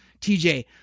TJ